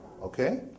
Okay